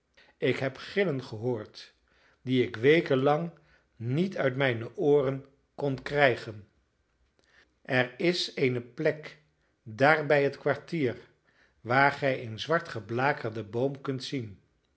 ik heb gillen gehoord die ik weken lang niet uit mijne ooren kon krijgen er is eene plek daar bij het kwartier waar gij een zwart geblakerden boom kunt zien